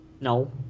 No